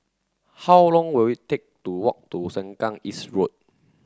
how long will it take to walk to Sengkang East Road